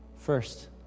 First